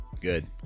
Good